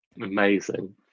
Amazing